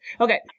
okay